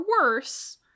worse